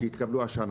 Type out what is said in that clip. בשנה